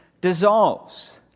dissolves